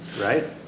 right